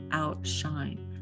outshine